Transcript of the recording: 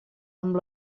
amb